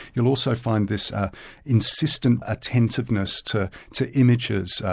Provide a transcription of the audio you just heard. you'll also find this insistent attentiveness to to images,